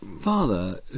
father